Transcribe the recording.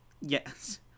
Yes